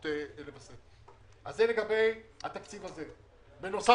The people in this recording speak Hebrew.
הייתה השקעה בציר העלייה,